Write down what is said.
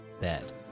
bed